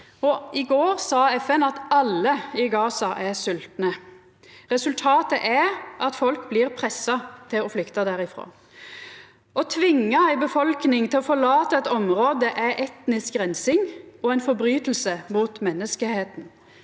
I går sa FN at alle i Gaza er svoltne. Resultatet er at folk blir pressa til å flykta derifrå. Å tvinga ei befolkning til å forlata eit område er etnisk reinsing og ei forbryting mot menneskeheita.